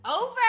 Over